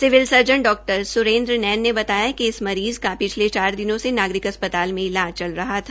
civil surgeon डॉ सुरेन्द्र नैन ने बताया कि इस मरीज का पिछले चार दिनों से नागरिक अस्पताल में इलाज चल रहा था